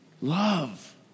Love